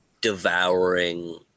devouring